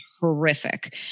horrific